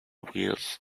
wheels